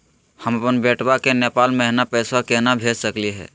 हम अपन बेटवा के नेपाल महिना पैसवा केना भेज सकली हे?